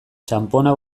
txanpona